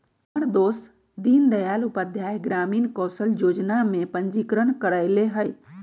हमर दोस दीनदयाल उपाध्याय ग्रामीण कौशल जोजना में पंजीकरण करएले हइ